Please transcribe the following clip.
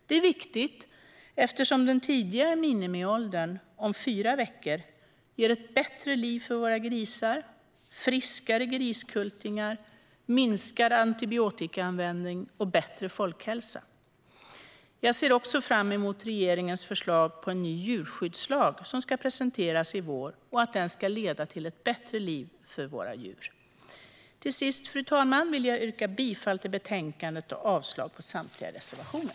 Det är viktigt eftersom den tidigare minimiåldern om fyra veckor ger ett bättre liv för våra grisar, friskare griskultingar, minskad antibiotikaanvändning och bättre folkhälsa. Jag ser också fram emot att regeringens förslag på en ny djurskyddslag som ska presenteras i vår ska leda till bättre liv för våra djur. Till sist, fru talman, vill jag yrka bifall till förslaget i betänkandet och avslag på samtliga reservationer.